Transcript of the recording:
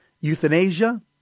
euthanasia